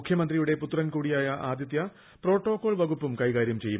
മുഖ്യമന്ത്രിയുടെ പുത്രൻ കൂടിയ ആദിക്യുട്ട് പ്രോട്ടോകോൾ വകുപ്പും കൈകാര്യം ചെയ്യും